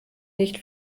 nicht